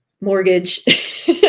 mortgage